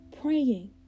praying